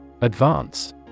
Advance